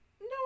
No